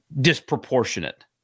disproportionate